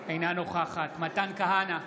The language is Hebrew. אינה נוכחת מתן כהנא,